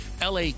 LA